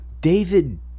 David